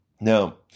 Now